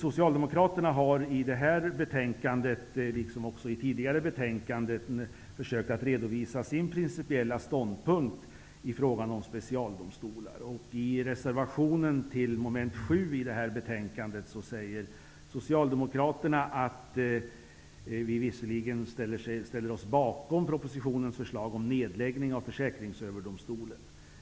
Socialdemokraterna har i detta betänkande, liksom i tidigare betänkanden, försökt redovisa sin principiell ståndpunkt i fråga om specialdomstolar. I reservationen under mom. 7 i detta betänkande säger vi socialdemokrater att vi visserligen ställer oss bakom propositionens förslag om nedläggning av Försäkringsöverdomstolen.